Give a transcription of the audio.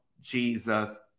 Jesus